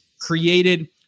created